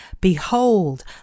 Behold